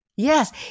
Yes